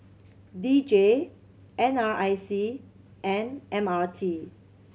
D J N R I C and M R T